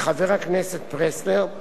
של חברי הכנסת פלסנר,